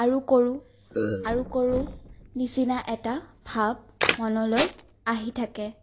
আৰু কৰোঁ আৰু কৰোঁ নিচিনা এটা ভাৱ মনলৈ আহি থাকে